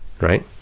right